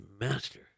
master